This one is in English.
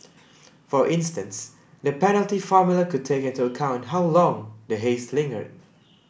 for instance the penalty formula could take into account how long the haze lingered